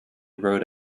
wrote